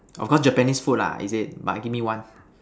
of course Japanese food lah is it but give me one